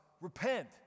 repent